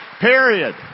Period